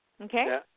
Okay